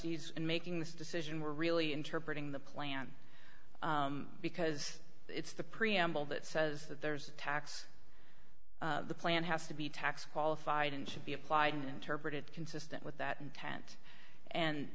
ees and making this decision were really interpreting the plan because it's the preamble that says that there's a tax the plan has to be tax qualified and should be applied and interpreted consistent with that intent and